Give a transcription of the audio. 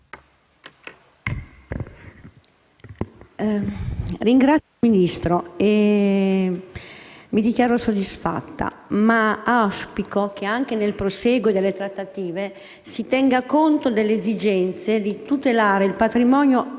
Signor Ministro, mi dichiaro soddisfatta, ma auspico che anche nel prosieguo delle trattative si tenga conto dell'esigenza di tutelare il patrimonio